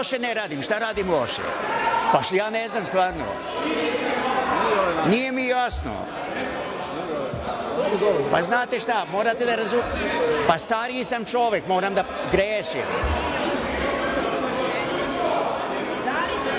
Šta radim loše? Ja ne znam stvarno. Nije mi jasno. Znate šta, morate da razumete, stariji sam čovek, moram da